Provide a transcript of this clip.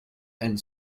and